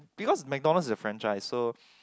because McDonald's is a franchise so